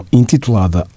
intitulada